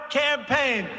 campaign